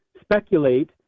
speculate